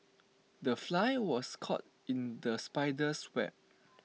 the fly was caught in the spider's web